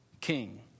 king